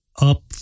up